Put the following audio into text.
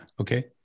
Okay